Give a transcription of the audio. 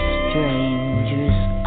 strangers